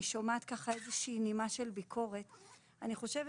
אני שומעת איזו שהיא נימה של ביקורת ואני חושבת